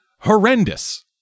horrendous